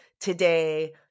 today